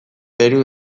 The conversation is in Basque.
perun